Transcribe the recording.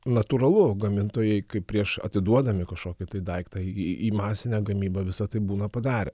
natūralu gamintojai kaip prieš atiduodami kažkokį daiktą į į masinę gamybą visa tai būna padarę